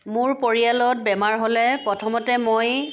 মোৰ পৰিয়ালত বেমাৰ হ'লে প্ৰথমতে মই